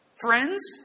Friends